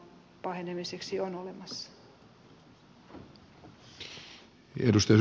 arvoisa herra puhemies